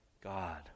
God